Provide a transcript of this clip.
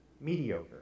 mediocre